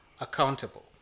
accountable